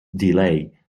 delay